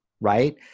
right